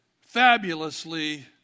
fabulously